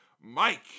Mike